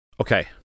Okay